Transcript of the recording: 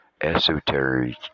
esoteric